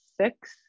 six